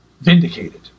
vindicated